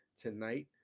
tonight